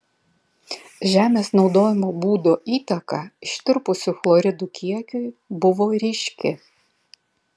žemės naudojimo būdo įtaka ištirpusių chloridų kiekiui buvo ryški